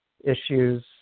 issues